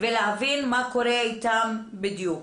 ולהבין מה קורה איתם בדיוק.